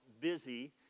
busy